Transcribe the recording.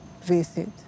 visit